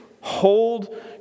Hold